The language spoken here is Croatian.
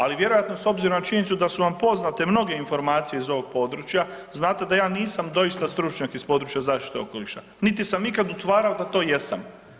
Ali vjerojatno s obzirom na činjenicu da su vam poznate mnoge informacije iz ovog područja, znate da ja nisam doista stručnjak iz područja zaštite okoliša, niti sam ikad utvarao da to jesam.